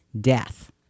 death